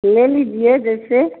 ले लीजिए जैसे